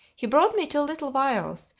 he brought me two little vials,